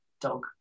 dog